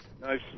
Nice